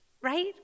Right